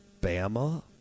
Bama